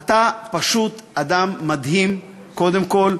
אתה פשוט אדם מדהים, קודם כול.